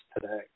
today